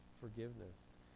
forgiveness